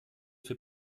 für